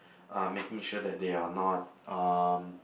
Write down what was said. uh making sure that they are not um